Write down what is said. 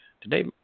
Today